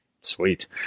Sweet